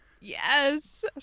Yes